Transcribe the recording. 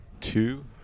two